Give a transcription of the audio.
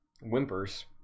whimpers